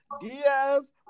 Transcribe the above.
Diaz